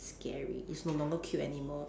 scary it's not longer cute anymore